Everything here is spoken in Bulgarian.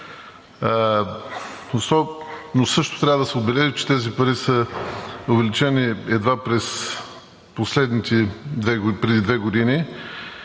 Също трябва да се отбележи, че тези пари са увеличени едва преди две години